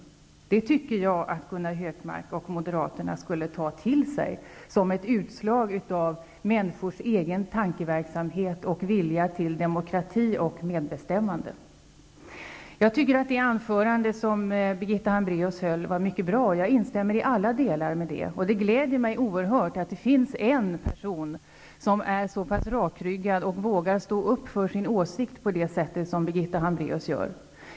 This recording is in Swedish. Det tycker jag att Gunnar Hökmark och Moderaterna skulle ta till sig som ett utslag av människors egen tankeverksamhet och vilja till demokrati och medbestämmande. Jag tycker att det anförande som Birgitta Hambraeus höll var mycket bra, och jag instämmer i alla delar med det. Det gläder mig oerhört att det finns en person som är så rakryggad och som vågar stå upp för sin åsikt på det sätt som Birgitta Hambraeus gör.